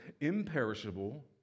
imperishable